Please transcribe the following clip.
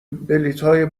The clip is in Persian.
بلیطهای